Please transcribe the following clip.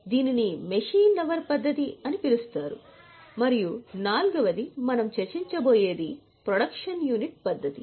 దీనిని machine hour పద్ధతి అని పిలుస్తారు మరియు నాల్గవది మనం చర్చించబోయేది ప్రొడక్షన్ యూనిట్ పద్ధతి